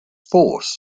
force